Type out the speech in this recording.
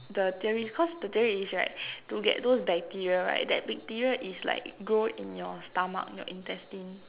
the theory cause the theory is right to get those bacteria right that bacteria is like grow in your stomach your intestine